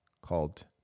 called